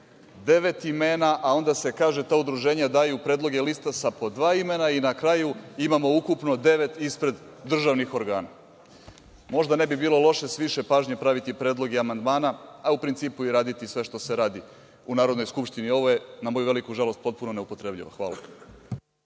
devet imena, a onda se kaže da ta udruženja daju predloge lista sa po dva imena i na kraju imamo ukupno devet ispred državnih organa. Možda ne bi bilo loše s više pažnje praviti predloge amandmana, a u principu i raditi sve što se radi u Narodnoj skupštini. Ovo je, na moju veliku žalost, potpuno neupotrebljivo. Hvala.